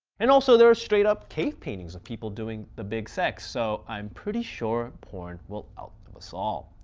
and also there are straight-up cave paintings of people doing the big sex. so i'm pretty sure porn will outlive us all.